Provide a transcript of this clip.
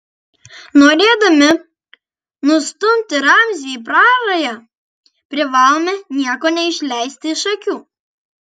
norėdami nustumti ramzį į prarają privalome nieko neišleisti iš akių